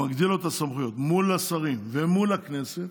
אתה מגדיל לו את הסמכויות מול השרים ומול הכנסת,